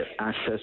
access